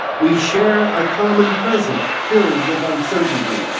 we share a common present, filled with uncertainty.